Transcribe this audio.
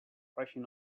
rushing